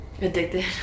Addicted